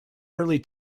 early